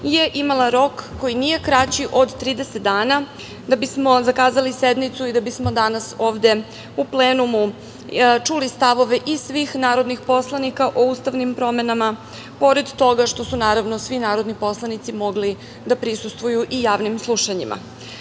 je imala rok koji nije kraći od 30 dana da bismo zakazali sednicu i da bismo danas ovde u plenumu čuli stavove i svih narodnih poslanika o ustavnim promenama, pored toga što su naravno svi narodni poslanici mogli da prisustvuju i javnim slušanjima. Naše